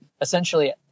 essentially